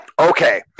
okay